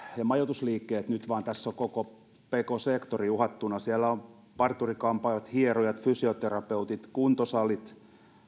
ja majoitusliikkeet vaan tässä on nyt koko pk sektori uhattuna siellä ovat parturi kampaamot hierojat fysioterapeutit kuntosalit